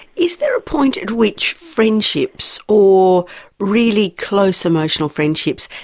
is there a point at which friendships or really close emotional friendships,